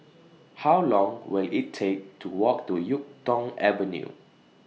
How Long Will IT Take to Walk to Yuk Tong Avenue